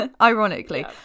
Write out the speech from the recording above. ironically